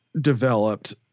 developed